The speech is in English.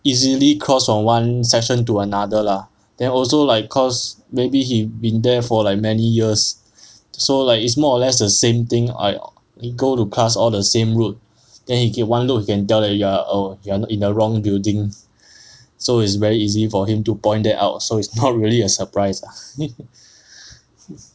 easily cross on one section to another lah then also like cause maybe he been there for like many years so like it's more or less the same thing I go to class all the same route then he one look can tell that you are oh you are in the wrong building so it's very easy for him to point that out so it's not really a surprise lah